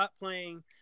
playing